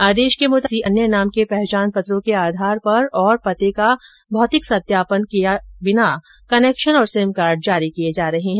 आदेश के मुताबिक फर्जी या किसी अन्य नाम के पहचान पत्रों के आधार पर और पते का भैतिक सत्यापन किये बिना कनेक्शन और सिम कार्ड जारी किये जा रहे हैं